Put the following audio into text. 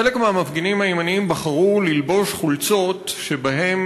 חלק מהמפגינים הימנים בחרו ללבוש חולצות שבהן